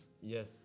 Yes